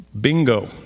bingo